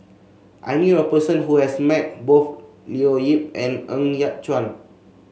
I knew a person who has met both Leo Yip and Ng Yat Chuan